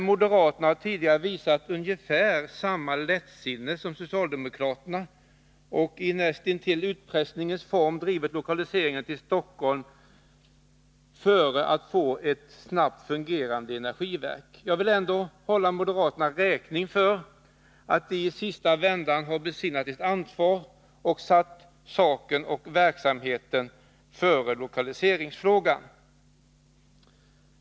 Moderaterna har tidigare visat ungefär samma lättsinne som socialdemokraterna och i näst intill utpressningens form drivit lokaliseringen till Stockholm för att snabbt få ett fungerande energiverk. Jag vill ändå hålla moderaterna räkning för att de i sista vändan har besinnat sitt ansvar och satt saken och verksamheten före lokaliseringsfrågan.